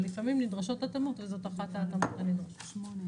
אבל לפעמים נדרשות התאמות וזאת אחת ההתאמות הנדרשות.